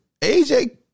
AJ